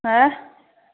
ꯍꯥ